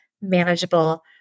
manageable